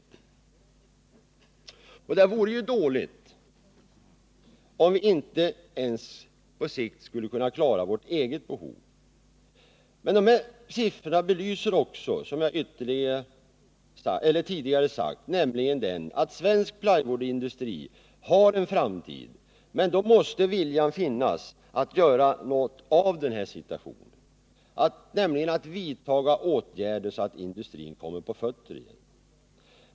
Det vore ju dåligt om vi inte nu kunde klara vårt eget behov. Dessa siffror belyser ju ytterligare vad jag tidigare sagt, nämligen att svensk plywoodindustri har en framtid, men då måste viljan finnas att göra något av situationen, att vidtaga åtgärder så att industrin kommer på fötter igen.